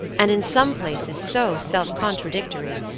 and in some places so self-contradictory,